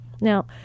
Now